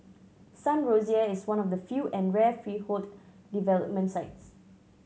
Sun Rosier is one of the few and rare freehold development sites